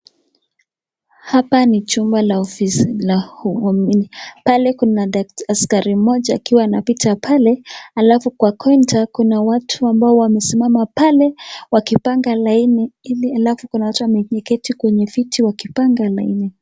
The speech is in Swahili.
Hapa ni chumba la ofisi la huku. Pale kuna askari mmoja akiwa anapita pale. Alafu kwa konta kuna watu ambao wamesimama pale wakipanga laini. Ili alafu kuna watu wameketii kwenye viti wakipanga laini.